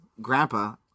grandpa